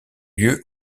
lieu